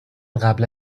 قبلا